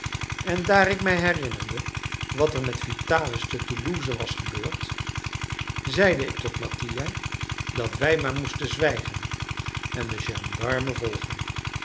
en daar ik mij herinnerde wat er met vitalis te toulouse was gebeurd zeide ik tot mattia dat wij maar moesten zwijgen en den gendarme volgen